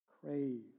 crave